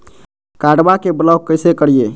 कार्डबा के ब्लॉक कैसे करिए?